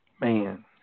Man